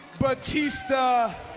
Batista